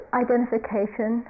identification